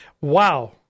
Wow